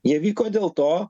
jie vyko dėl to